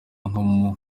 nko